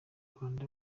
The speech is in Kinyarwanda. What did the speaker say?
rwanda